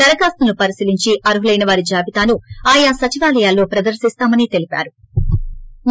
దరఖాస్తులను పరిశీలించి అర్ఖులైన వారి జాబితాను ఆయా సచివాలయాల్లో ప్రదర్పిస్తామని అన్నా రు